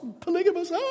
polygamous